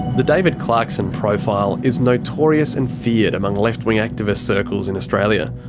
the david clarkson profile is notorious and feared among left-wing activist circles in australia.